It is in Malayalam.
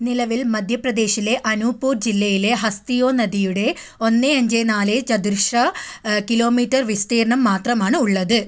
നിലവിൽ മധ്യ പ്രദേശിലെ അനൂപ്പൂർ ജില്ലയിലെ ഹസ്ദിയോ നദിയുടെ ഒന്ന് അഞ്ച് നാല് ചതുരശ്ര കിലോമീറ്റർ വിസ്തീർണ്ണം മാത്രമാണ് ഉള്ളത്